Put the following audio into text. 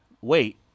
wait